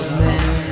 man